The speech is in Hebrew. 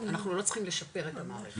אנחנו לא צריכים לשפר את המערכת.